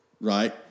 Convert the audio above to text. right